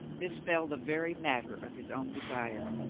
this fell the very matter of his own desire.